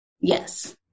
Yes